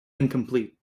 incomplete